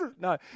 No